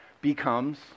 becomes